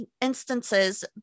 instances